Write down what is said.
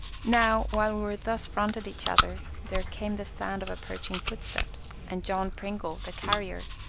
now, while we thus fronted each other, there came the sound of approaching footsteps, and john pringle, the carrier,